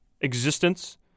existence